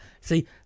See